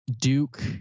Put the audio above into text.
Duke